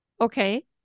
Okay